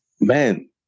man